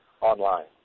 online